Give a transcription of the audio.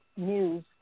news